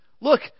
Look